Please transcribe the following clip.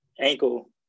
ankle –